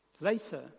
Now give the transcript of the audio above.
Later